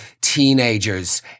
teenagers